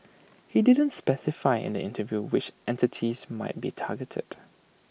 he didn't specify in the interview which entities might be targeted